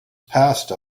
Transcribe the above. passed